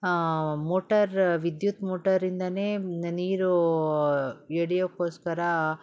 motor ವಿದ್ಯುತ್ ಮೋಟರಿಂದ ನೀರು ಎಳೆಯೋಕೋಸ್ಕರ